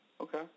Okay